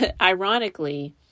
ironically